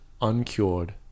uncured